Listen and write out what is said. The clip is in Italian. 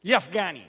gli afghani.